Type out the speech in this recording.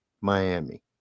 Miami